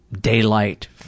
daylight